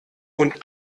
und